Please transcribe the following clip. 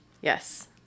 Yes